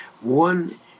one